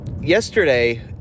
yesterday